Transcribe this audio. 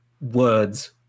words